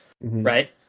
right